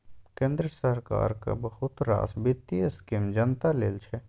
केंद्र सरकारक बहुत रास बित्तीय स्कीम जनता लेल छै